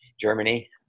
Germany